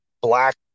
Black